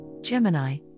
Gemini